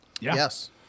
Yes